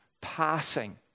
passing